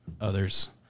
others